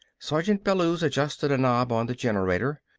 sergeant bellews adjusted a knob on the generator.